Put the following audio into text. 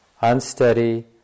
unsteady